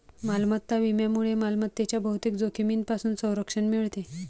मालमत्ता विम्यामुळे मालमत्तेच्या बहुतेक जोखमींपासून संरक्षण मिळते